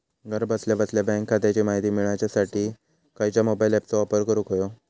घरा बसल्या बसल्या बँक खात्याची माहिती मिळाच्यासाठी खायच्या मोबाईल ॲपाचो वापर करूक होयो?